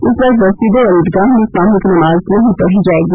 इस बार मस्जिदों और ईदगाह में सामूहिक नमाज नहीं पढ़ी जायेगी